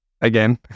Again